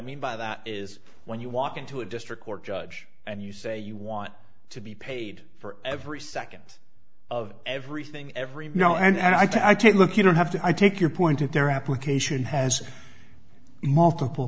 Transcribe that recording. mean by that is when you walk into a district court judge and you say you want to be paid for every second of everything every now and i take a look you don't have to i take your point in their application has multiple